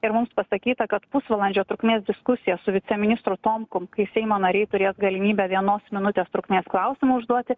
ir mums pasakyta kad pusvalandžio trukmės diskusija su viceministru tomkum kai seimo nariai turės galimybę vienos minutės trukmės klausimą užduoti